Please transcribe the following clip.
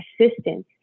assistance